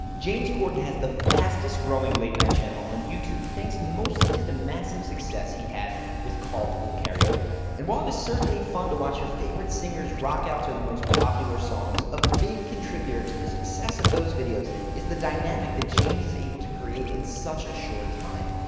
james corden has the fastest growing late night channel on youtube. thanks mostly to the massive success he had with carpool karaoke and while it's certainly fun to watch your favorite singers rock out to the most popular songs, a big contributor to the success of those videos is the dynamic that james is able to create in such a short time.